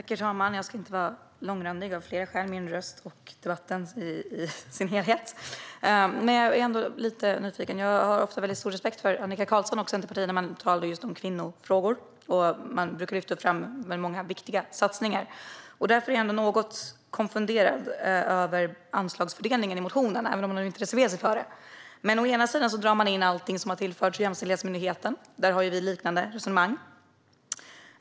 Herr talman! Jag ska inte bli så långrandig, av flera skäl - min röst och debatten i sin helhet. Jag är ändå lite nyfiken. Jag har ofta väldigt stor respekt för Annika Qarlsson och Centerpartiet när man talar just om kvinnofrågor. Man brukar lyfta fram många viktiga satsningar. Därför är jag ändå något konfunderad över anslagsfördelningen i motionen, även om ni nu inte reserverar er. Å ena sidan drar man in allting som har tillförts jämställdhetsmyndigheten. Där har vi sverigedemokrater ett liknande resonemang.